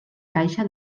caixa